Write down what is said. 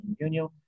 union